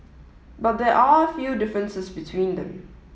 but there are a few differences between them